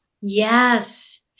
Yes